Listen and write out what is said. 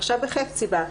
עכשיו בחפציבה.